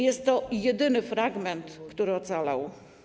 Jest to jedyny fragment, który ocalał.